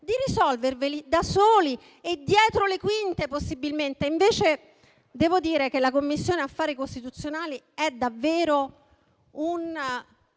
di risolverli da soli e dietro le quinte, possibilmente. Invece, devo dire che la Commissione affari costituzionali è davvero un